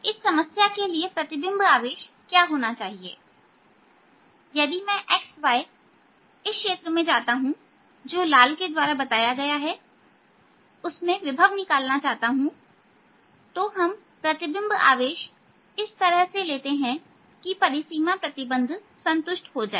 इस समस्या के लिए प्रतिबिंब आवेश क्या होना चाहिए यदि मैं xy इस क्षेत्र में जो लाल द्वारा बताया गया है उसमें विभव निकालना चाहता हूं तो हम प्रतिबिंब आवेश इस तरह से लेते हैं कि परिसीमा प्रतिबंध संतुष्ट हो जाए